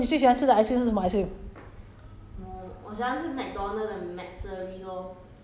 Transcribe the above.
there 那个 uh uh so 你最喜欢吃的 ice cream 是什么 ice cream